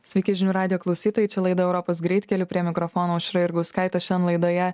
sveiki žinių radijo klausytojai čia laida europos greitkeliu prie mikrofono aušra jurgauskaitė šian laidoje